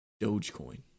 Dogecoin